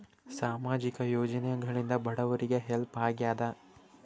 ಸಾಮಾಜಿಕ ಯೋಜನೆಗಳಿಂದ ಬಡವರಿಗೆ ಹೆಲ್ಪ್ ಆಗ್ಯಾದ?